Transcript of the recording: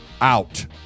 out